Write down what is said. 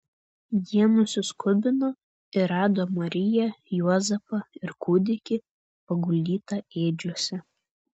jie nusiskubino ir rado mariją juozapą ir kūdikį paguldytą ėdžiose